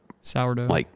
sourdough